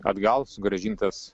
atgal sugrąžintas